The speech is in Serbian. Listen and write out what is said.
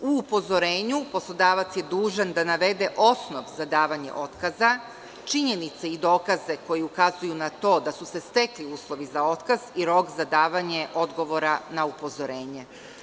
U upozorenju poslodavac je dužan da navede osnov za davanje otkaza, činjenice i dokaze koji ukazuju na to da su se stekli uslovi za otkaz i rok za davanje odgovora na upozorenje.